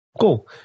Cool